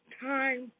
Time